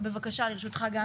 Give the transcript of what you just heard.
בבקשה, לרשותך גם 2 דקות.